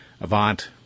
Avant